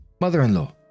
Mother-in-law